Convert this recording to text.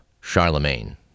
Charlemagne